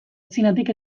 txinatik